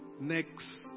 next